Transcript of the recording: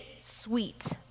sweet